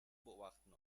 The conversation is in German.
beobachten